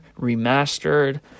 Remastered